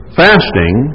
fasting